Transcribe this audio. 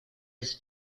his